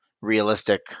realistic